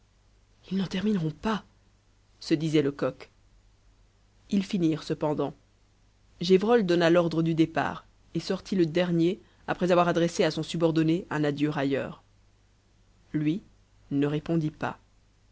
ils n'en termineront pas se disait lecoq ils finirent cependant gévrol donna l'ordre du départ et sortit le dernier après avoir adressé à son subordonné un adieu railleur lui ne répondit pas